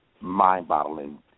mind-boggling